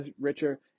richer